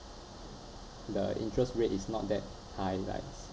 the interest rate is not that high like